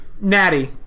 Natty